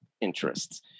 interests